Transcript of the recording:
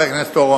חבר הכנסת אורון.